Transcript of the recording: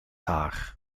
haar